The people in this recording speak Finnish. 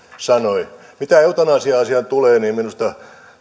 sanoi mitä eutanasia asiaan tulee niin minusta